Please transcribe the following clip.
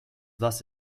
thus